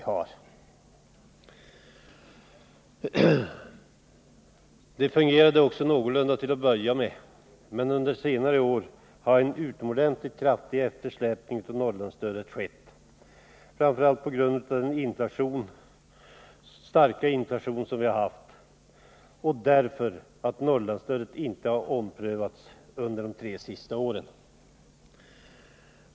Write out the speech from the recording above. Till att börja med fungerade också stödet någorlunda, men under senare år har det skett en utomordentligt kraftig eftersläpning, främst på grund av den starka inflationen och på grund av att Norrlandsstödet inte har omprövats under de tre senaste åren.